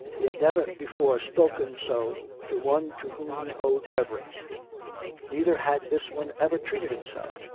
he had never before spoken so to one to whom he owed reverence neither had this one ever treated him so.